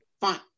fine